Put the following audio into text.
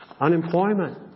Unemployment